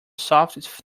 soft